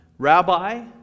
Rabbi